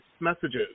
messages